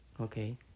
okay